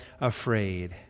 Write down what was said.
afraid